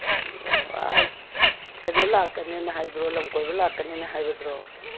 ꯑꯣ ꯀꯩꯅꯣ ꯂꯥꯛꯀꯅꯦꯅ ꯍꯥꯏꯕꯗꯨꯔꯣ ꯂꯝ ꯀꯣꯏꯕ ꯂꯥꯛꯀꯅꯦꯅ ꯍꯥꯏꯕꯗꯨꯔꯣ